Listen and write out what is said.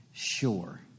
sure